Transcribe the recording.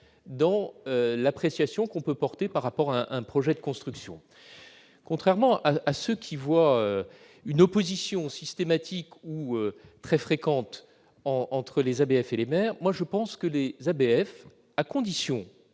dans l'appréciation que l'on peut porter sur un projet de construction. Contrairement à ceux qui voient une opposition systématique ou très fréquente entre les ABF et les maires, je pense pour ma part que les ABF, à condition